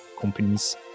companies